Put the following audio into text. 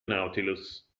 nautilus